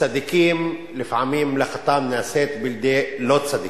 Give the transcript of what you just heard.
צדיקים לפעמים מלאכתם נעשית בידי לא-צדיקים.